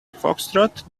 foxtrot